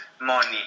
money